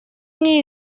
мне